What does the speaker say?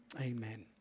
Amen